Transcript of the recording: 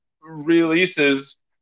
releases